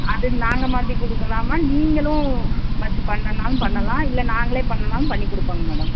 அது நாங்கள் மாட்டி கொடுக்கலாமா நீங்களும் வைச்சு பண்ணலான்னாலும் பண்ணலாம் இல்லை நாங்களே பண்ணணுன்னாலும் பண்ணி கொடுப்போங்க மேடம்